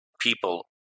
people